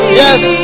yes